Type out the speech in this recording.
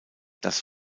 das